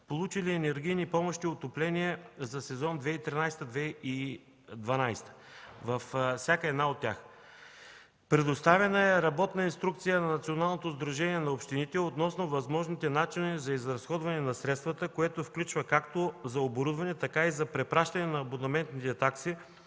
получили енергийни помощи за отопление за сезон 2012-2013 г. Във всяка от тях. Предоставена е работна инструкция на Националното сдружение на общините относно възможните начини за изразходване на средствата, което включва както за оборудване, така и за препращане на абонаментните такси